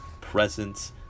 presence